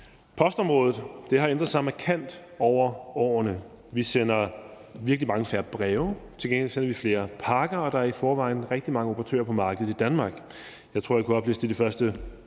Postområdet har ændret sig markant over årene. Vi sender mange færre breve, men til gengæld sender vi flere pakker, og der er i forvejen rigtig mange operatører på markedet i Danmark. Jeg tror, jeg kunne opliste de første